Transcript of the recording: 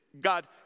God